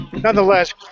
nonetheless